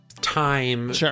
time